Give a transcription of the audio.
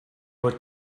were